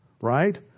right